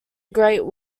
great